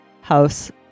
house